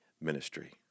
ministry